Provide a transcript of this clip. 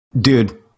Dude